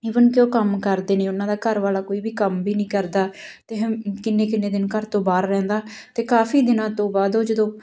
even ਕਿ ਉਹ ਕੰਮ ਕਰਦੇ ਨੇ ਉਹਨਾਂ ਦਾ ਘਰ ਵਾਲਾ ਕੋਈ ਵੀ ਕੰਮ ਵੀ ਨਹੀਂ ਕਰਦਾ ਅਤੇ ਹਮ ਕਿੰਨੇ ਕਿੰਨੇ ਦਿਨ ਘਰ ਤੋਂ ਬਾਹਰ ਰਹਿੰਦਾ ਅਤੇ ਕਾਫੀ ਦਿਨਾਂ ਤੋਂ ਬਾਅਦ ਉਹ ਜਦੋਂ